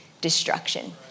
destruction